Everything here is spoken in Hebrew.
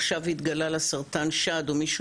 עכשיו התגלה לה סרטן שד או מישהו,